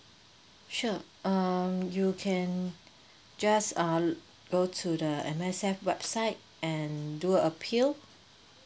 sure um you can just uh go to the M_S_F website and do a appeal